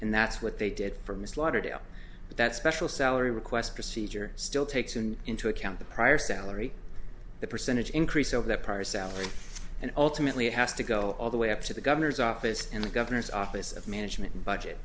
and that's what they did for miss lauderdale but that special salary request procedure still takes in into account the prior salary the percentage increase over the prior salary and ultimately has to go all the way up to the governor's office and the governor's office of management and budget